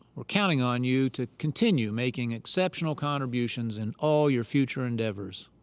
we're counting on you to continue making exceptional contributions in all your future endeavors.